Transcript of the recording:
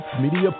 Media